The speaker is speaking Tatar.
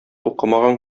укымаган